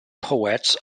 poets